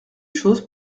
chose